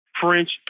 French